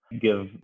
give